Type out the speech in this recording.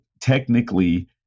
technically